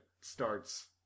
starts